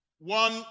One